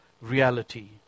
reality